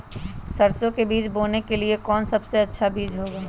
सरसो के बीज बोने के लिए कौन सबसे अच्छा बीज होगा?